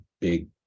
big